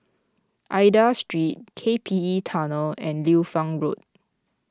Aida Street K P E Tunnel and Liu Fang Road